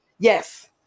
Yes